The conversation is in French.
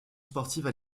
sportive